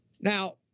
Now